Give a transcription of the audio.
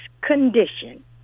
condition